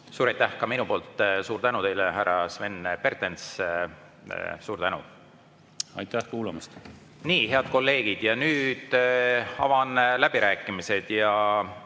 Suur aitäh ka minu poolt! Suur tänu teile, härra Sven Pertens! Suur tänu! Aitäh kuulamast! Nii, head kolleegid, nüüd avan läbirääkimised.